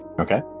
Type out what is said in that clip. Okay